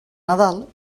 nadal